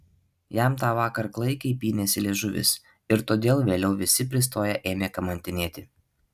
jam tą vakar klaikiai pynėsi liežuvis ir todėl vėliau visi pristoję ėmė kamantinėti